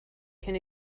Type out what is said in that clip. can